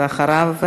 ואחריו,